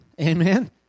Amen